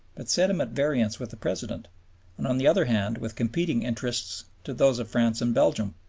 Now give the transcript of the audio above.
but set him at variance with the president, and on the other hand with competing interests to those of france and belgium.